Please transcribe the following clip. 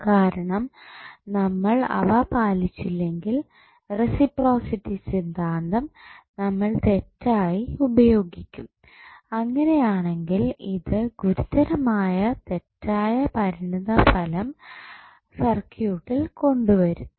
കാരണം നമ്മൾ അവ പാലിച്ചില്ലെങ്കിൽ റസിപ്രോസിറ്റി സിദ്ധാന്തം നമ്മൾ തെറ്റായി ഉപയോഗിക്കും അങ്ങനെയാണെങ്കിൽ ഇത് ഗുരുതരമായ തെറ്റായ പരിണതഫലം സർക്യൂട്ടിൽ കൊണ്ടുവരുത്തും